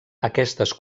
aquestes